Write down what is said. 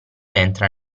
entra